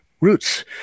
roots